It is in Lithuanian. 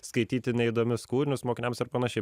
skaityti neįdomius kūrinius mokiniams ir panašiai